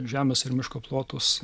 žemės ir miško plotus